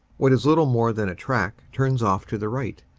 what is little more than a track turns off to the right,